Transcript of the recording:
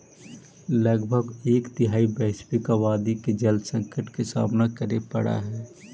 लगभग एक तिहाई वैश्विक आबादी के जल संकट के सामना करे पड़ऽ हई